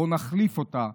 בואו נחליף אותה.